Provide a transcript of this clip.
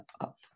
up